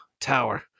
tower